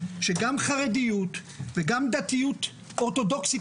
שגם חרדיות וגם דתיות אורתודוכסית,